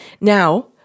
Now